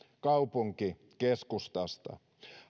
kaupunkikeskustasta